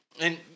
And-